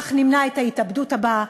כך נמנע את ההתאבדות הבאה,